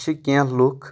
چھِ کینٛہہ لُکھ